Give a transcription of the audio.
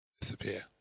Disappear